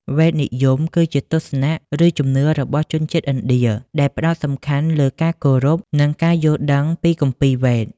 វេទនិយម គឺជាទស្សនៈ ឬជំនឿរបស់ជនជាតិឥណ្ឌា ដែលផ្ដោតសំខាន់លើការគោរព និងការយល់ដឹងពីគម្ពីរ វេទ។